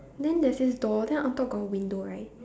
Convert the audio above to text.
then there's this door then on top got window right